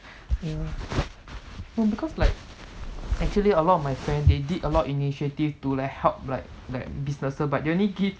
no because like actually a lot of my friend they did a lot of initiative to like help like like businesses but they only give